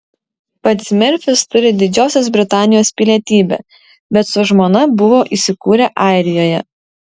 pats merfis turi didžiosios britanijos pilietybę bet su žmona buvo įsikūrę airijoje